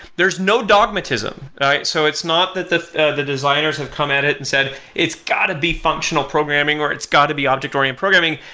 there's no dogmatism, all right? so it's not that the the designers have come at it and said, it's got to be functional programming, or it's got to be object-oriented programming.